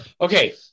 okay